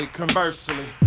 conversely